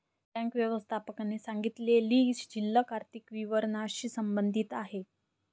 bank व्यवस्थापकाने सांगितलेली शिल्लक आर्थिक विवरणाशी संबंधित आहे